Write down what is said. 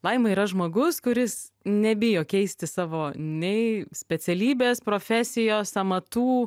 laima yra žmogus kuris nebijo keisti savo nei specialybės profesijos amatų